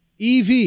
EV